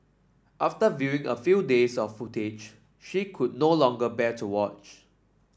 after viewing a few days of footage she could no longer bear to watch